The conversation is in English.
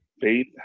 faith